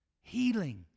Healing